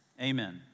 Amen